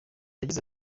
yagize